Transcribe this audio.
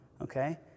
Okay